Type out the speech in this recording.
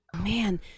Man